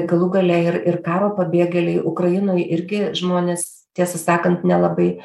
galų gale ir ir karo pabėgėliai ukrainoj irgi žmonės tiesą sakant nelabai